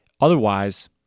otherwise